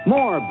More